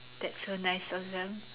that's so nice of them